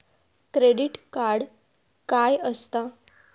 Credit card काय असता?